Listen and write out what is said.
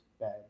Bad